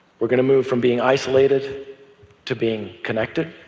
we're going to move from being isolated to being connected.